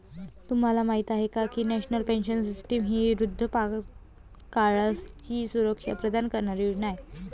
तुम्हाला माहिती आहे का की नॅशनल पेन्शन सिस्टीम ही वृद्धापकाळाची सुरक्षा प्रदान करणारी योजना आहे